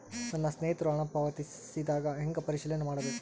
ನನ್ನ ಸ್ನೇಹಿತರು ಹಣ ಪಾವತಿಸಿದಾಗ ಹೆಂಗ ಪರಿಶೇಲನೆ ಮಾಡಬೇಕು?